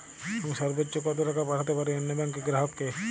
আমি সর্বোচ্চ কতো টাকা পাঠাতে পারি অন্য ব্যাংকের গ্রাহক কে?